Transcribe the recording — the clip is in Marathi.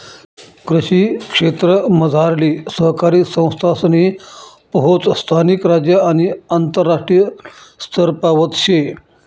कृषी क्षेत्रमझारली सहकारी संस्थासनी पोहोच स्थानिक, राज्य आणि आंतरराष्ट्रीय स्तरपावत शे